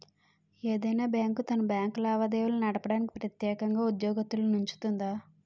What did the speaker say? ఏదైనా బ్యాంకు తన బ్యాంకు లావాదేవీలు నడపడానికి ప్రెత్యేకంగా ఉద్యోగత్తులనుంచుతాది